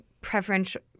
preferential